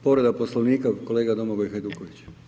Povreda Poslovnika kolega Domagoj Hajduković.